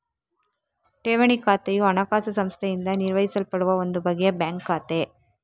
ಠೇವಣಿ ಖಾತೆಯು ಹಣಕಾಸು ಸಂಸ್ಥೆಯಿಂದ ನಿರ್ವಹಿಸಲ್ಪಡುವ ಒಂದು ಬಗೆಯ ಬ್ಯಾಂಕ್ ಖಾತೆ